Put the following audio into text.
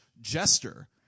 jester